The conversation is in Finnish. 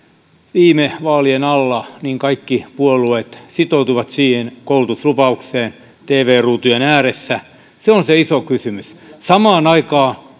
viime vaalien alla kaikki puolueet sitoutuivat koulutuslupaukseen tv ruutujen ääressä se on se iso kysymys samaan